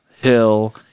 hill